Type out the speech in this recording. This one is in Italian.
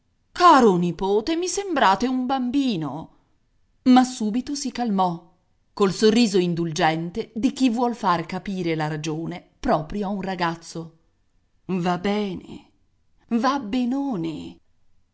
caro nipote mi sembrate un bambino ma subito si calmò col sorriso indulgente di chi vuol far capire la ragione proprio a un ragazzo va bene va benone